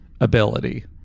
ability